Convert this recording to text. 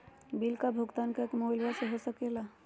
Bill का भुगतान का मोबाइलवा से हो सके ला?